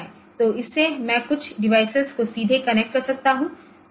तो इससे मैं कुछ डिवाइस को सीधे कनेक्ट कर सकता हूं